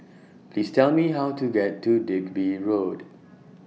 Please Tell Me How to get to Digby Road